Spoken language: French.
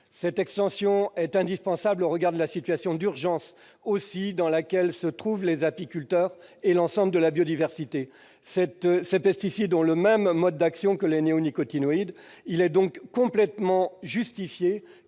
Cette extension est indispensable au regard de la situation d'urgence dans laquelle se trouvent les apiculteurs et l'ensemble de la biodiversité. Ces pesticides ayant le même mode d'action que les néonicotinoïdes, il est complètement justifié